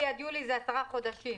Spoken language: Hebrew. זה עשרה חודשים,